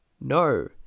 no